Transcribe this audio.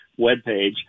webpage